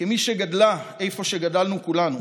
כמי שגדלה איפה שגדלנו כולנו,